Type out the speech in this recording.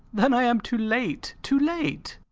then i am too late, too late!